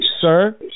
Sir